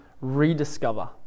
rediscover